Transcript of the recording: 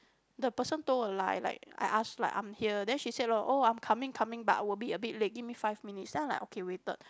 the person told a lie like I ask like I'm here then she said oh I'm coming coming but I will be a bit late give me five minutes then I like okay waited